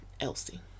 Elsie